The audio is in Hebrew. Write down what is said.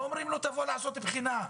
לא אומרים לו, תבוא לעשות בחינה.